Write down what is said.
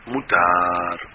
Mutar